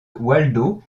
waldo